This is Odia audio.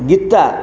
ଗୀତା